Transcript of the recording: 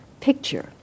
picture